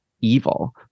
evil